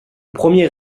premier